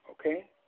okay